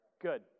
Good